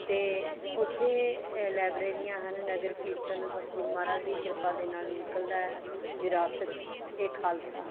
ਅਤੇ ਉੱਥੇ ਲਾਇਬ੍ਰੇਰੀਆਂ ਹਨ ਨਗਰ ਕੀਰਤਨ ਸਤਿਗੁਰ ਮਹਾਰਾਜ ਦੀ ਕਿਰਪਾ ਦੇ ਨਾਲ ਨਿਕਲਦਾ ਹੈ ਵਿਰਾਸਤ ਏ ਖਾਲਸਾ